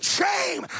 shame